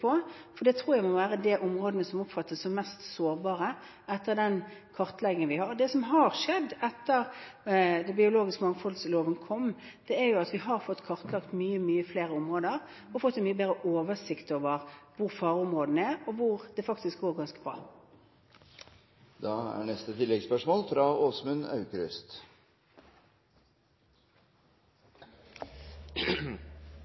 for det tror jeg må være de områdene som oppfattes som mest sårbare, etter den kartleggingen vi har. Det som har skjedd etter at loven om biologisk mangfold kom, er at vi har fått kartlagt mange flere områder og fått en mye bedre oversikt over hvor fareområdene er, og hvor det faktisk går ganske bra. Åsmund Grøver Aukrust – til oppfølgingsspørsmål. Det er